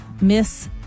miss